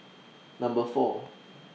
Number four